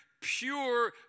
pure